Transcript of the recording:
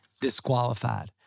disqualified